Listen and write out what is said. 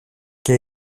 και